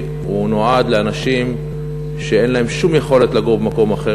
נועד לאנשים שאין להם שום יכולת לגור במקום אחר,